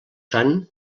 sant